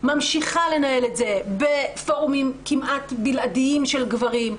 ממשיכה לנהל את זה בפורומים כמעט בלעדיים של גברים,